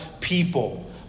people